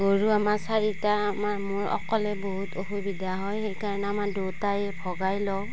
গৰু আমাৰ চাৰিটা আমাৰ মোৰ অকলে বহুত অসুবিধা হয় সেই কাৰণে আমাৰ দুয়োটাই ভগাই লওঁ